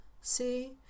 See